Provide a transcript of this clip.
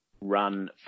run